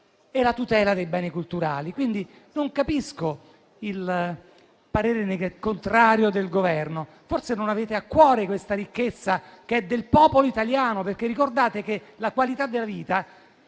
e la tutela dei beni culturali. Quindi, non capisco il parere contrario del Governo. Forse non avete a cuore questa ricchezza, che è del popolo italiano. Ricordate, infatti, che la qualità della vita